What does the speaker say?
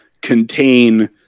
contain